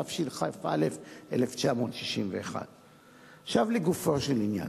התשכ"א 1961. עכשיו לגופו של עניין.